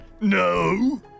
No